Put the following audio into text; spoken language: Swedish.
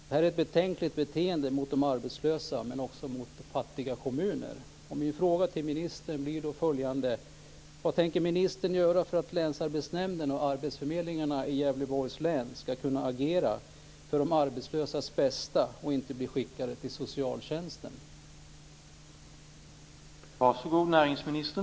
Det här är ett betänkligt beteende mot de arbetslösa, men också mot fattiga kommuner.